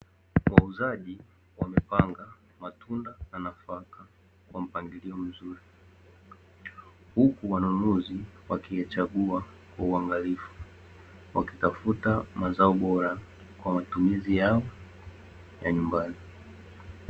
Wauzaji wamepanga matunda na nafaka kwa mpangilio mzuri, huku wanunuzi wakiyachagua kwa uangalifu wakitafuta mazao bora kwa matumizi yao ya nyumbani.